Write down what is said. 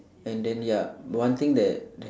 and then ya one thing that that